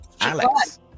Alex